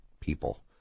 people